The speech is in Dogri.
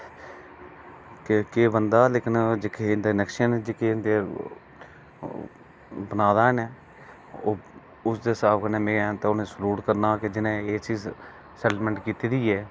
कि केह् बनदा लेकिन की इंदे नक्शे न जेह्के इंदे ओह् बनादा इनें ओह् ते इसदे स्हाब कन्नै में उनेंगी सेल्यूट करना कि एह् चीज़ सैगमैंट कीती दी ऐ